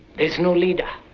there's no leader,